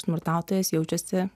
smurtautojas jaučiasi